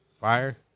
Fire